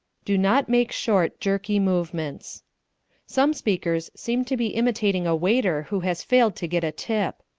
do not make short, jerky movements some speakers seem to be imitating a waiter who has failed to get a tip.